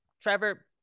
Trevor –